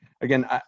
again